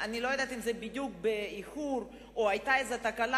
אני לא יודעת אם באיחור או שהיתה תקלה,